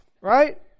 Right